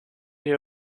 hier